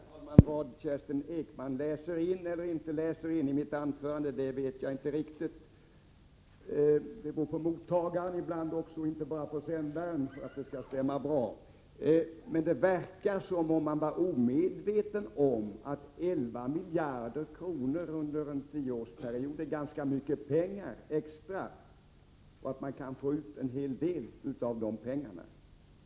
Herr talman! Vad Kerstin Ekman läser in eller inte läser in i mitt anförande vet jag inte riktigt. Det beror ju ibland också på mottagaren, inte bara på sändaren, att det stämmer bra. Det verkar i alla fall som om man var omedveten om att 11 miljarder kronor extra under en tioårsperiod är ganska mycket pengar och att man kan få ut en hel del för de pengarna.